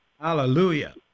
Hallelujah